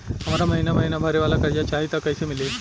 हमरा महिना महीना भरे वाला कर्जा चाही त कईसे मिली?